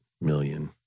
million